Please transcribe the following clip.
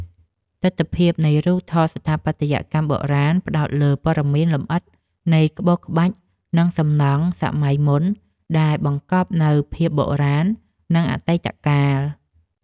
ទិដ្ឋភាពនៃរូបថតស្ថាបត្យកម្មបុរាណផ្ដោតលើព័ត៌មានលម្អិតនៃក្បូរក្បាច់ និងសំណង់សម័យមុនដែលបង្កប់នូវភាពបុរាណ និងអតីតកាល។